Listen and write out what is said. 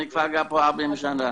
אני כבר גר פה 40 שנה.